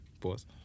Pause